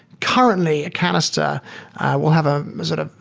currently, a canister will have a sort of,